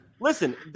Listen